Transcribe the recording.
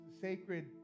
sacred